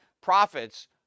profits